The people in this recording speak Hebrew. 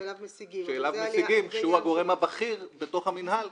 שאליו משיגים, כשהוא הגורם הבכיר במינהל.